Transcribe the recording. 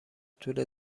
طول